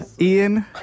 Ian